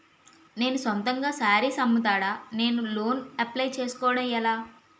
నేను సొంతంగా శారీస్ అమ్ముతాడ, నేను లోన్ అప్లయ్ చేసుకోవడం ఎలా?